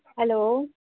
hello